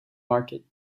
market